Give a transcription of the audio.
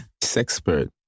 Sexpert